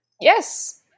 Yes